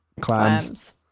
clams